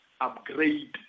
upgrade